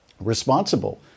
responsible